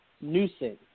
Nuisance